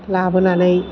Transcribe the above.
लाबोनानै